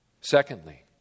Secondly